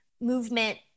movement